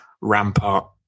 Rampart